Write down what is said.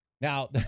Now